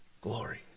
glory